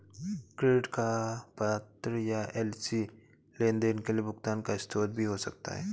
credit का पत्र या एल.सी लेनदेन के लिए भुगतान का स्रोत भी हो सकता है